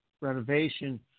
renovation